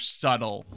subtle